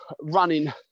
running